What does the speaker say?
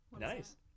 Nice